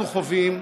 אנחנו חווים,